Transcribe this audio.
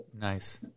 Nice